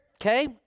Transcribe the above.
okay